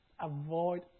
avoid